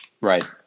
Right